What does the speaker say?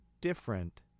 different